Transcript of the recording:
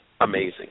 amazing